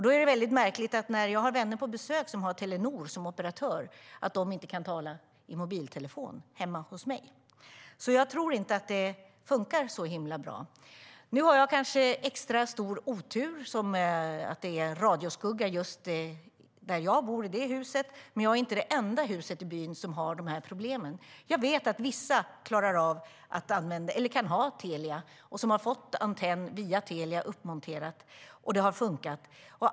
Då är det märkligt att vänner som jag har på besök som har Telenor som operatör inte kan tala i mobiltelefon hemma hos mig. Jag tror inte att det funkar så himla bra. Nu har jag kanske extra stor otur med att det är radioskugga just i det hus där jag bor. Men det är inte det enda hus i byn som har dessa problem. Jag vet att vissa har Telia och har fått en antenn via Telia uppmonterad, och det har funkat.